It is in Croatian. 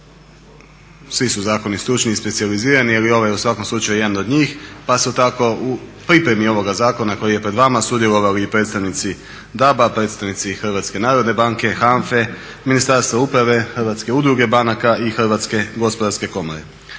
svi su zakoni stručni i specijalizirani, ali ovaj je u svakom slučaju jedan od njih pa su tako u pripremi ovog zakona koji je pred vama sudjelovali i predstavnici DAB-a, predstavnici HNB-a, HNFA-e, Ministarstva uprave, Hrvatske udruge banaka i HGK. Dozvolite nekoliko